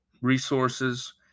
resources